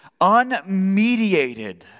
unmediated